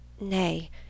Nay